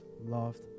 loved